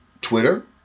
Twitter